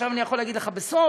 עכשיו אני יכול להגיד לך בסוד,